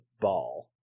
ball